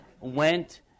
went